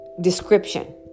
description